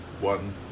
one